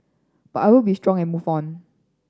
but I will be strong and move on